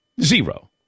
Zero